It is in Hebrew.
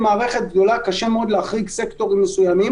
אלביט מערכות בע"מ,